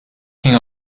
ging